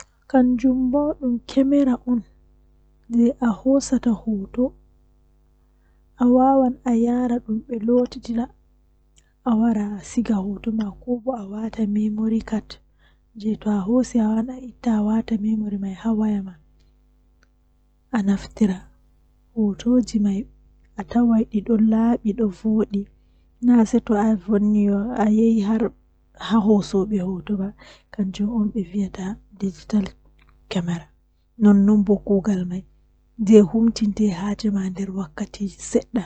Eh hunde fijuki jei bingel jei mi burdaa yiduki kanjum woni haa wodi fijide mootaaji jei be hawrata be gongonji madaraaji do woodi nobe fiyirta dum warta bvana moota kanjum mi burdaa yiduki, Wakkati mi bingel.